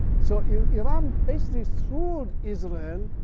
so yeah iran, basically through israel,